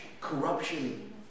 corruption